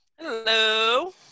Hello